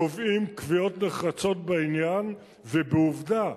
קובעים קביעות נחרצות בעניין, ועובדה,